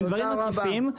אלה נזקים עקיפים,